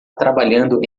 trabalhando